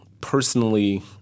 personally